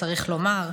צריך לומר,